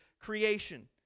creation